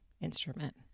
instrument